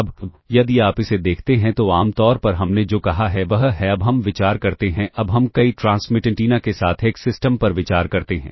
अब यदि आप इसे देखते हैं तो आमतौर पर हमने जो कहा है वह है अब हम विचार करते हैं अब हम कई ट्रांसमिट एंटीना के साथ एक सिस्टम पर विचार करते हैं